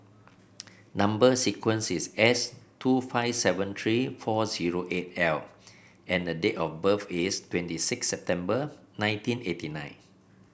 number sequence is S two five seven three four zero eight L and the date of birth is twenty six September nineteen eighty nine